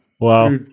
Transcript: Wow